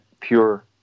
pure